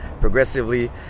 progressively